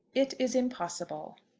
it is impossible.